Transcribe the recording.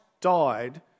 died